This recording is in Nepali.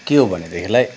के हो भनेदेखिलाई